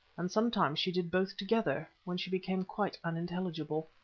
and sometimes she did both together, when she became quite unintelligible.